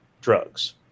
drugs